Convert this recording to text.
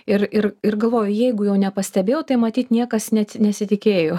ir ir ir galvoju jeigu jau nepastebėjau tai matyt niekas net nesitikėjo